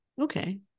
Okay